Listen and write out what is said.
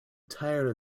tired